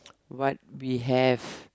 what we have